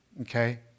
okay